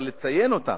אבל לציין אותם,